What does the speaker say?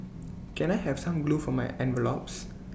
can I have some glue for my envelopes